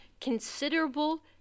Considerable